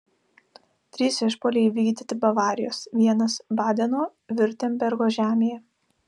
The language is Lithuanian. trys išpuoliai įvykdyti bavarijos vienas badeno viurtembergo žemėje